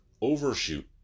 overshoot